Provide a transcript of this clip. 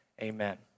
Amen